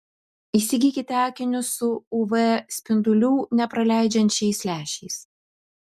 įsigykite akinius su uv spindulių nepraleidžiančiais lęšiais